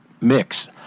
mix